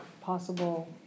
possible